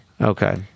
Okay